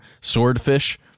swordfish